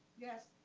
yes.